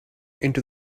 into